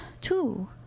two